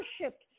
worshipped